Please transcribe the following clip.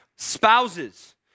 spouses